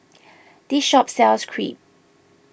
this shop sells Crepe